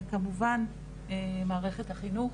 וכמובן מערכת החינוך,